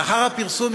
לאחר הפרסום,